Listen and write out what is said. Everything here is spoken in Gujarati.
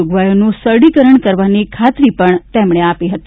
જોગવાઇઓનું સરળીકરણ કરવાની ખાત્રી પણ તેમણે આપી હતી